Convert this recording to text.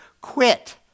quit